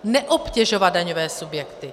Neobtěžovat daňové subjekty.